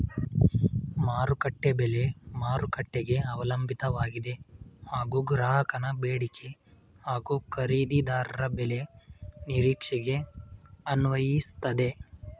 ಮಾರುಕಟ್ಟೆ ಬೆಲೆ ಮಾರುಕಟ್ಟೆಗೆ ಅವಲಂಬಿತವಾಗಿದೆ ಹಾಗೂ ಗ್ರಾಹಕನ ಬೇಡಿಕೆ ಹಾಗೂ ಖರೀದಿದಾರರ ಬೆಲೆ ನಿರೀಕ್ಷೆಗೆ ಅನ್ವಯಿಸ್ತದೆ